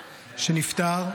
שנפטר.